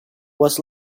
was